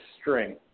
string